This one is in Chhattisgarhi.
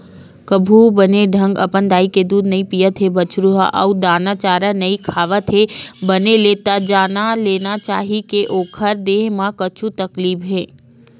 कभू बने ढंग अपन दाई के दूद नइ पियत हे बछरु ह अउ दाना चारा नइ खावत हे बने ले त जान लेना चाही के ओखर देहे म कुछु तकलीफ हे